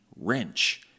Wrench